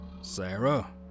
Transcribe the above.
Sarah